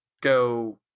go